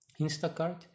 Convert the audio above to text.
Instacart